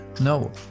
No